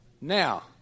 Now